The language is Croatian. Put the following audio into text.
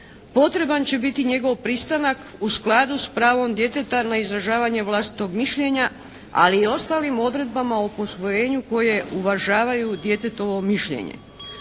potreban će biti njegov pristanak u skladu s pravom djeteta na izražavanje vlastitog mišljenja ali i ostalim odredbama o posvojenju koje uvažavaju djetetovo mišljenje.